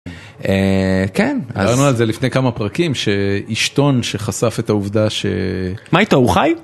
כן, אז, דיברנו על זה לפני כמה פרקים, שאישתון שחשף את העובדה ש... מה איתו, הוא חי?